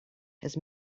has